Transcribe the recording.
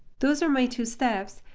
those are my two steps.